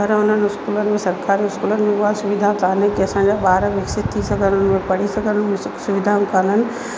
पर हुननि स्कूलनि मां सरकारी स्कूलनि में उहा सुविधा कोन्हे की असांजा ॿार विकसित थी सघनि उन्हनि में पढ़ी सघनि उहे सुखु सुविधाऊं कान्हनि